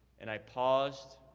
and i paused,